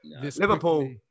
Liverpool